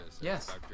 Yes